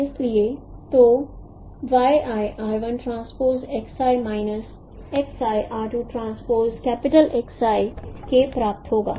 इसलिए तो y i r 1 transpose X i minus x i r 2 transpose capital X i k प्राप्त होगा